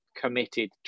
committed